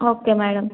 okay madam